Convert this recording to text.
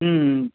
ও ও